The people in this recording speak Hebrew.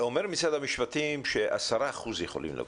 אומר משרד המשפטים ש-10% יכולים לבוא.